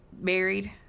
married